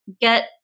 get